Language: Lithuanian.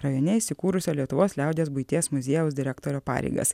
rajone įsikūrusio lietuvos liaudies buities muziejaus direktorio pareigas